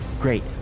Great